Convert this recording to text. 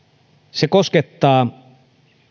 koskettaa